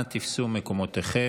אנא תפסו מקומותיכם.